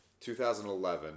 2011